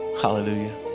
Hallelujah